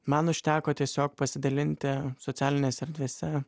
man užteko tiesiog pasidalinti socialinėse erdvėse